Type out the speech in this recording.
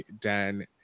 Dan